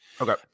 Okay